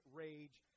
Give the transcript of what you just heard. rage